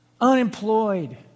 unemployed